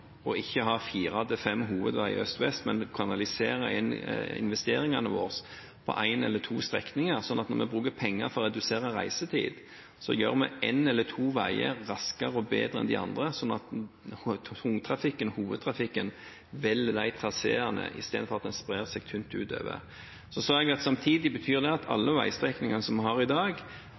hovedveier øst–vest, men kanalisere investeringene våre på en eller to strekninger, slik at når vi bruker penger for å redusere reisetid, gjør vi en eller to veier raskere og bedre enn de andre, slik at tungtrafikken, hovedtrafikken, velger de traseene istedenfor at den sprer seg tynt utover. Så sa jeg samtidig at det betyr at alle veistrekningene som vi har i dag,